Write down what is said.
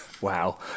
Wow